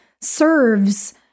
serves